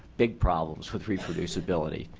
big problems with reproducibility.